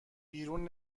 بیرون